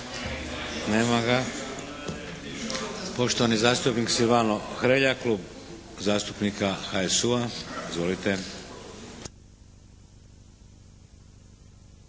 Nema ga. Poštovani zastupnik Silvano Hrelja, Klub zastupnika HSU-a. Izvolite.